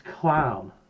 clown